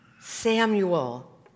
Samuel